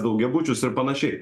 daugiabučius ir panašiai